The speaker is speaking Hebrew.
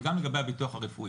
וגם לגבי הביטוח הרפואי.